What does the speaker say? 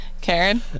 Karen